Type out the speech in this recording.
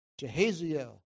Jehaziel